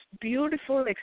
beautiful